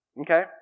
Okay